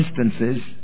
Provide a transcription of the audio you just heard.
instances